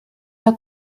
herr